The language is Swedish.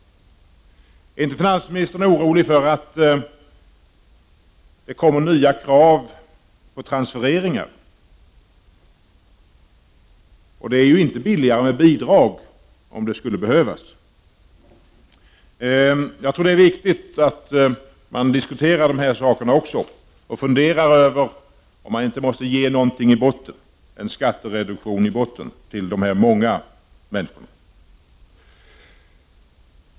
Är inte finansministern orolig för att det skall komma nya krav på transfereringar? Det blir inte billigare med bidrag, om det skulle behövas. Det är viktigt att man diskuterar även dessa frågor och funderar över om man inte måste ge någonting i botten, en skattereduktion i botten för dessa människor.